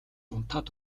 унтаад